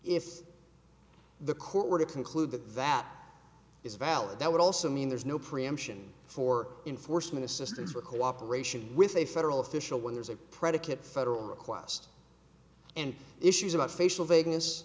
if the court were to conclude that that is valid that would also mean there's no preemption for enforcement assistance for cooperation with a federal official when there's a predicate federal request and issues about facial vegas